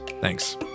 Thanks